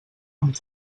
amb